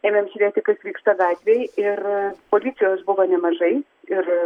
ėmėm žiūrėti kas vyksta gatvėj ir policijos buvo nemažai ir